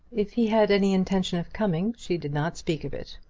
if he had any intention of coming, she did not speak of it.